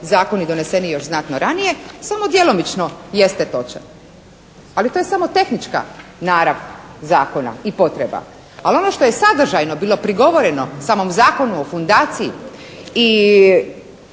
zakoni doneseni još znatno ranije, samo djelomično jeste točan, ali to je samo tehnička narav zakona i potreba. Ali ono što je sadržajno bilo prigovoreno samom Zakonu o fundaciji i